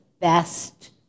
best